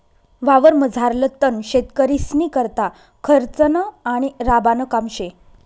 वावरमझारलं तण शेतकरीस्नीकरता खर्चनं आणि राबानं काम शे